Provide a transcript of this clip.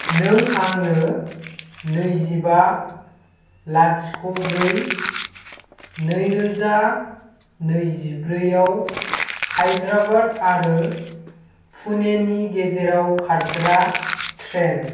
नों आंनो नैजिबा लाथिख' ब्रै नैरोजा नैजिब्रैयाव हायद्राबाद आरो पुनेनि गेजेराव खारग्रा ट्रेन